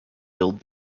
build